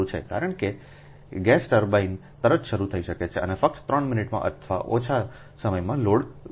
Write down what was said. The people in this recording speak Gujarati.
કારણ છે કે ગેસ ટર્બાઇન્સ તરત શરૂ કરી શકાય છે અને ફક્ત 3 મિનિટ અથવા ઓછા સમયમાં લોડ કરી શકાય છે